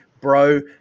bro